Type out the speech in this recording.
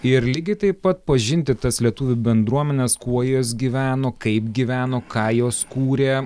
ir lygiai taip pat pažinti tas lietuvių bendruomenes kuo jos gyveno kaip gyveno ką jos kūrė